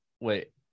Wait